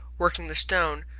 working the stone,